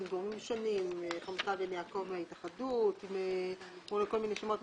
גורמים שונים: עם חמוטל בן יעקב מהתאחדות בוני הארץ,